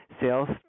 sales